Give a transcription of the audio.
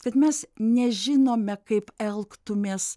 kad mes nežinome kaip elgtumės